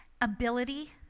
ability